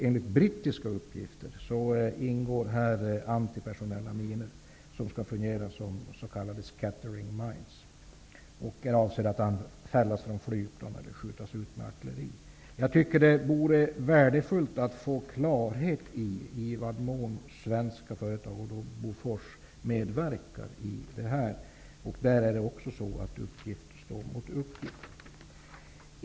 Enligt brittiska uppgifter ingår här antipersonella minor som skall fungera som s.k. scattering mines. De är avsedda att fällas från flygplan eller skjutas ut med artilleri. Jag tycker att det vore värdefullt att få klarhet om i vad mån svenska företag, i det här fallet Bofors, medverkar i detta. Här står också uppgift mot uppgit.